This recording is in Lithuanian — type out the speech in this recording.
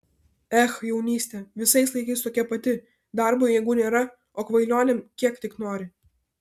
ech jaunystė visais laikais tokia pati darbui jėgų nėra o kvailionėm kiek tik nori